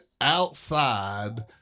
outside